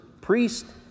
priest